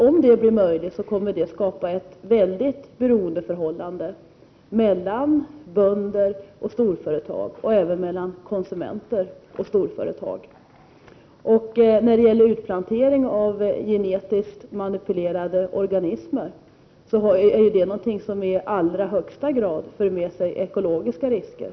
Om det blir möjligt, kommer det att skapa ett väldigt beroendeförhållande mellan bönder och storföretag och även mellan konsumenter och storföretag. Utplantering av gen-etiskt manipulerade organismer är någonting som i allra högsta grad för med sig ekologiska risker.